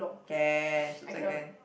can suicide can